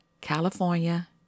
California